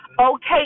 okay